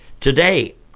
today